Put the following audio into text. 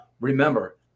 Remember